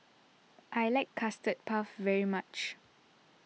I like Custard Puff very much